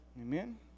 Amen